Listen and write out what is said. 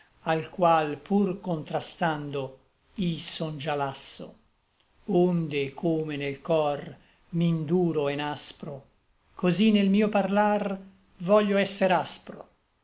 al qual pur contrastando i son già lasso onde come nel cor m'induro e n'aspro così nel mio parlar voglio esser aspro